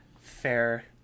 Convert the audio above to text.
Fair